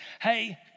hey